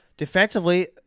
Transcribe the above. Defensively